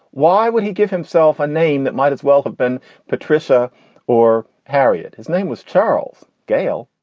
why would he give himself a name that might as well have been patricia or harriet? his name was charles gale.